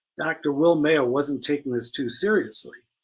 dr. will mayo wasn't taking this too seriously.